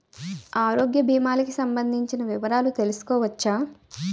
ఆరోగ్య భీమాలకి సంబందించిన వివరాలు తెలుసుకోవచ్చా?